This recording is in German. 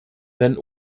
wenn